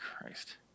Christ